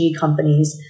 companies